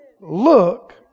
Look